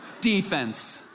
Defense